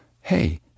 hey